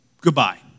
goodbye